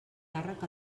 càrrec